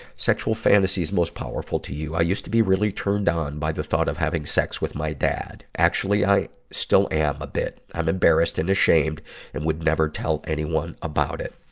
sexual fantasies most powerful to you. i used to be really turned on by the thought of having sex with my dad. actually, i still am a bit. i'm embarrassed and ashamed and would never tell anyone about it.